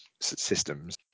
systems